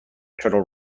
turtle